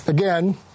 Again